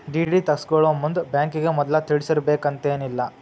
DD ತಗ್ಸ್ಕೊಳೊಮುಂದ್ ಬ್ಯಾಂಕಿಗೆ ಮದ್ಲ ತಿಳಿಸಿರ್ಬೆಕಂತೇನಿಲ್ಲಾ